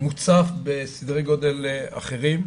מוצף בסדרי גודל אחרים.